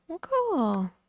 cool